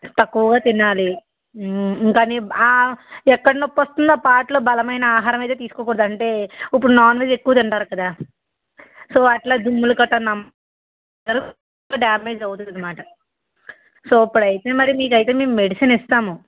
తక్కువగా తినాలి ఇంకా మీరు ఎక్కడ నొప్పి వస్తుందో పార్ట్లో బలమైన ఆహారం అయితే తీసుకోకూడదు అంటే ఇప్పుడు నాన్ వెజ్ ఎక్కువ తింటారు కదా సో వాటిలో జిమ్ములు కట్టా నం నర్వ్ డ్యామేజ్ అవుతుందన్నమాట సో ఇప్పుడైతే మరి మేము అయితే మెడిసిన్ ఇస్తాము